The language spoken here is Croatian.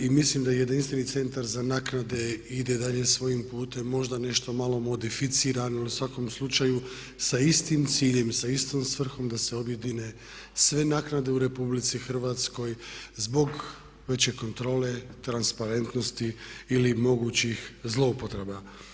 I mislim da jedinstveni Centar za naknade ide dalje svojim putem, možda nešto malo modificirano ili u svakom slučaju sa istim ciljem i sa istom svrhom da se objedine sve naknade u Republici Hrvatskoj zbog veće kontrole, transparentnosti ili mogućih zloupotreba.